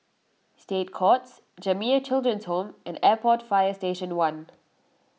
State Courts Jamiyah Children's Home and Airport Fire Station one